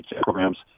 programs